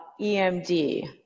EMD